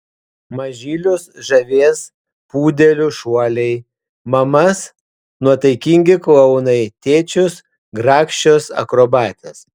mažylius žavės pudelių šuoliai mamas nuotaikingi klounai tėčius grakščios akrobatės